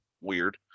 Weird